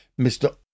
Mr